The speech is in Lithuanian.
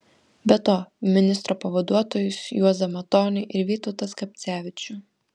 be to ministro pavaduotojus juozą matonį ir vytautą skapcevičių